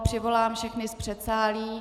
Přivolám všechny z předsálí.